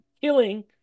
killing